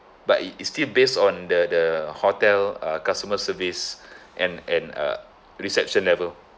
but it is still based on the the hotel uh customer service and and uh reception level